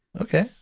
Okay